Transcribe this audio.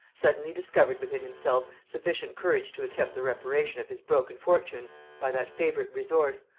suddenly discovered within himself sufficient courage to attempt the reparation of his broken fortunes by that favorite resource,